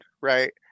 right